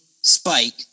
spike